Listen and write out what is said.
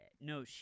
No